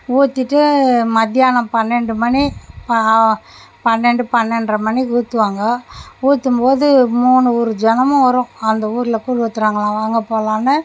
ஊற்றிட்டு மதியானம் பன்னெண்டு மணி ப பன்னெண்டு பன்னெண்ற மணிக்கு ஊற்றுவாங்க ஊற்றும்போது மூணு ஊர் ஜனமும் வரும் அந்த ஊரில் கூழ் ஊற்றுறாங்களாம் வாங்க போகலான்னு